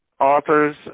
authors